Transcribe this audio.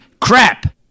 crap